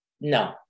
no